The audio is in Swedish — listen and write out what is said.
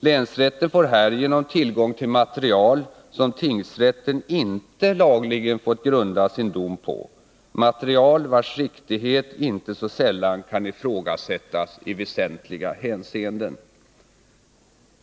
Länsrätten får härigenom tillgång till material som tingsrätten inte lagligen fått grunda sin dom på, material vars riktighet inte så sällan kan ifrågasättas i väsentliga hänseenden.